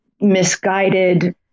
misguided